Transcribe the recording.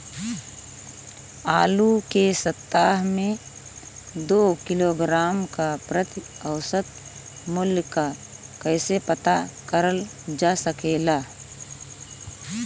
आलू के सप्ताह में दो किलोग्राम क प्रति औसत मूल्य क कैसे पता करल जा सकेला?